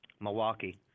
Milwaukee